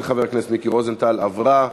התשע"ד 2014,